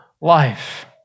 life